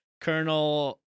Colonel